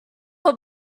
will